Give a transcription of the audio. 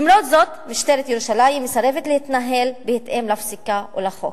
למרות זאת משטרת ירושלים מסרבת להתנהל בהתאם לפסיקה או לחוק.